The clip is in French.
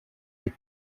des